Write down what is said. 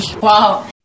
Wow